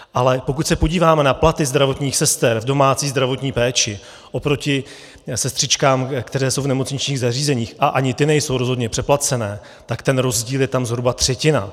Ale pokud se podíváme na platy zdravotních sester v domácí zdravotní péči oproti zdravotním sestřičkám, které jsou v nemocničních zařízeních, a ani ty nejsou rozhodně přeplacené, tak ten rozdíl je tam zhruba třetina.